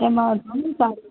એમાં ઘણું સારું છે